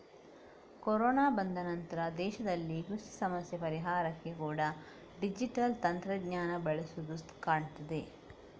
corona ಬಂದ ನಂತ್ರ ದೇಶದಲ್ಲಿ ಕೃಷಿ ಸಮಸ್ಯೆ ಪರಿಹಾರಕ್ಕೆ ಕೂಡಾ ಡಿಜಿಟಲ್ ತಂತ್ರಜ್ಞಾನ ಬಳಸುದು ಕಾಣ್ತದೆ